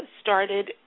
started